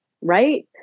right